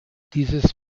dieses